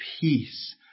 peace